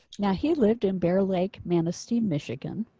now he lived in bear lake manistee, michigan.